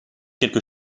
quelque